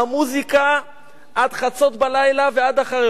המוזיקה עד חצות הלילה ועד אחרי.